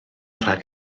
rhag